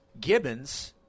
Gibbons